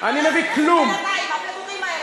אני מביא 12. העשייה הכי גדולה שלכם בכנסת זה הדיבורים האלה.